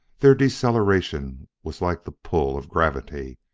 their deceleration was like the pull of gravity,